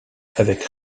avec